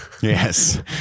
Yes